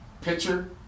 Pitcher